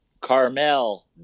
carmel